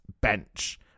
bench